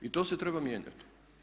I to se treba mijenjati.